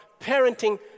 parenting